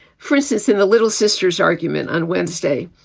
for instance, in the little sisters argument on wednesday,